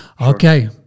Okay